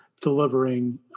delivering